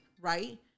right